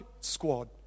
squad